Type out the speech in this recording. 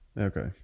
Okay